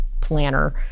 planner